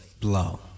blow